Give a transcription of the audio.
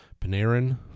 Panarin